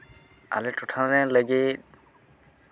ᱟᱨ ᱟᱞᱮ ᱴᱚᱴᱷᱟ ᱨᱮᱱ ᱞᱟᱹᱜᱤᱫ